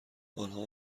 آنها